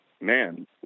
man